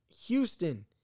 Houston